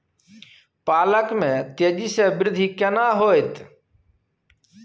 पालक में तेजी स वृद्धि केना होयत?